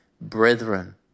brethren